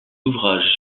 ouvrage